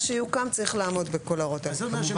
שיוקם צריך לעמוד בכל ההוראות האלה.